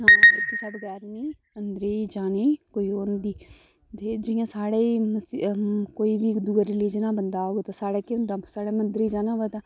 बगैरा जाने दी कुसैगी ओह् होंदी ते जि'यां साढ़े कोई बी दूऐ रलीजन दा बंदा औग ते ओह् साढ़े केह् होंदा साढ़े मंदरै गी जाना होग तां